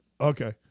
Okay